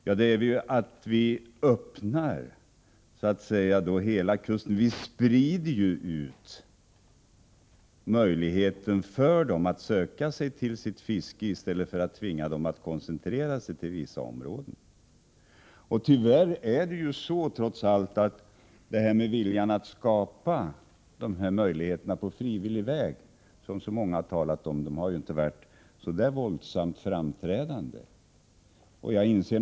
Jo, vi öppnar möjligheterna för dem att söka sig till sitt fiske utefter hela kusten i stället för att tvinga dem att koncentrera sig till vissa områden. Viljan att skapa dessa möjligheter på frivillig väg, som så många talat om, har tyvärr inte varit så där våldsamt framträdande.